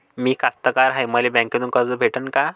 मी कास्तकार हाय, मले बँकेतून कर्ज भेटन का?